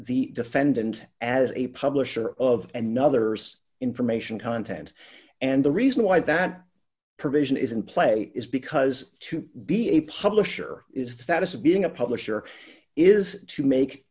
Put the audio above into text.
the defendant as a publisher of another's information content and the reason why that provision is in play is because to be a publisher is the status of being a publisher is to make